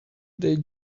they